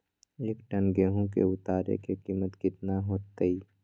एक टन गेंहू के उतरे के कीमत कितना होतई?